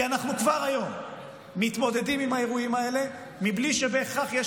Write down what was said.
כי אנחנו כבר היום מתמודדים עם האירועים האלה בלי שבהכרח יש